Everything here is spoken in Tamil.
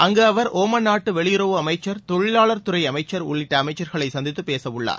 அங்கு அவர் ஒமன் நாட்டு வெளியுறவு அமைச்சர் தொழிலாளர் துறை அமைச்சர் உள்ளிட்ட அமைச்சர்களை சந்தித்து பேசவுள்ளார்